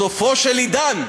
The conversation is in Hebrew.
סופו של עידן,